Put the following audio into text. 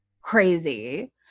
crazy